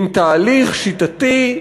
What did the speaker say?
עם תהליך שיטתי,